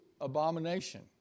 abomination